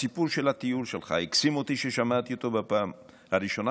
הסיפור של הטיול שלך הקסים אותי כששמעתי אותו בפעם הראשונה,